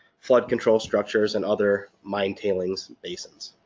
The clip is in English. flood control structures and other mine tailings and basins.